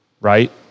right